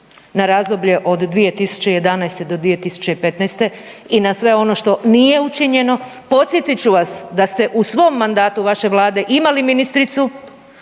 na razdoblje od 2011. do 2015. i na sve ono što nije učinjeno. Podsjetit ću vas da ste u svom mandatu vaše Vlade imali ministricu